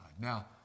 Now